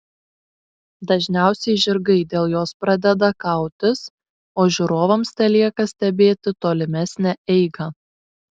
dažniausiai žirgai dėl jos pradeda kautis o žiūrovams telieka stebėti tolimesnę eigą